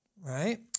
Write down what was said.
right